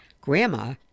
Grandma